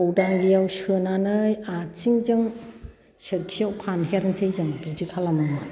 बौदांगियाव सोनानै आथिंजों सोरखियाव फानफ्रेरसै जों बिदि खालामोमोन